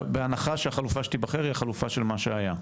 בהנחה שהחלופה שתיבחר היא החלופה של מה שהיה.